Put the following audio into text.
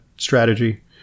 strategy